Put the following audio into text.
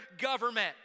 government